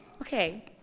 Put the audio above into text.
Okay